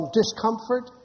discomfort